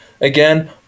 again